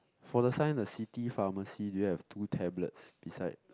for the sign the city pharmacy do you have two tablets beside